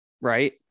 right